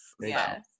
Yes